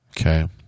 Okay